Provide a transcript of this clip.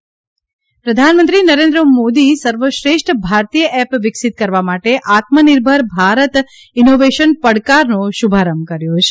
પ્રધાનમંત્રી એપ પ્રધાનમંત્રી નરેન્દ્ર મોદી સર્વશ્રેષ્ઠ ભારતીય એપ વિકસિત કરવા માટે આત્મનિર્ભર ભારત ઇનોવેશન પડકારનો શુભારંભ કર્યો છે